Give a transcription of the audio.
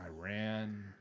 Iran